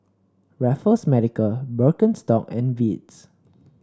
Raffles Medical Birkenstock and Beats